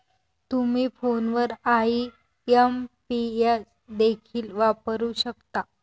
तुम्ही फोनवर आई.एम.पी.एस देखील वापरू शकता